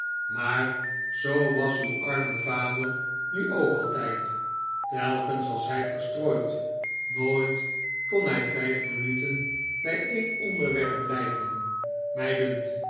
maar zoo was uw arme vader nu ook altijd telkens was hij verstrooid nooit kon hij vijf minuten bij een onderwerp blijven mij dunkt